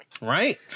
right